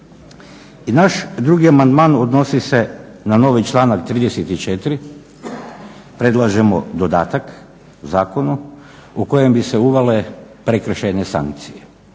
I naš drugi amandman odnosi se na novi članak 34., predlažemo dodatak zakonu u kojem bi se uvele prekršajne sankcije